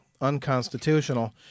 unconstitutional